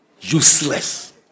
Useless